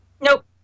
Nope